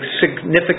significant